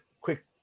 quick